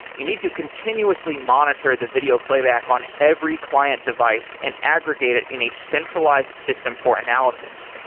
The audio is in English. you need to continuously monitor the video playback on every client device and aggregate it in a centralized system for analysis.